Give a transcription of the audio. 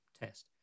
test